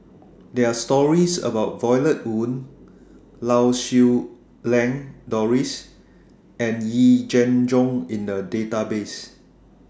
There Are stories about Violet Oon Lau Siew Lang Doris and Yee Jenn Jong in The Database